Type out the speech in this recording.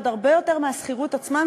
עוד הרבה יותר מהשכירות עצמה,